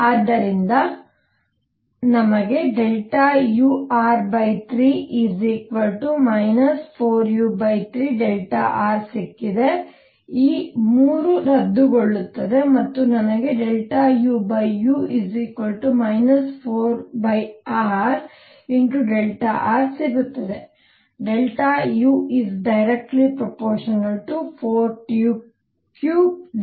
ಆದ್ದರಿಂದ ನಮಗೆ ur3 4u3r ಸಿಕ್ಕಿದೆ ಈ 3 ರದ್ದುಗೊಳ್ಳುತ್ತದೆ ಮತ್ತು ನನಗೆ uu 4rr ಸಿಗುತ್ತದೆ